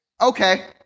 Okay